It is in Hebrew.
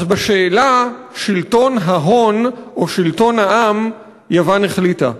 אז בשאלה: שלטון ההון או שלטון העם, יוון החליטה: